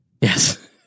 Yes